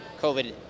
COVID